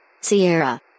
Sierra